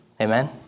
Amen